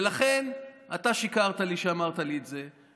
ולכן אתה שיקרת לי כשאמרת לי את זה,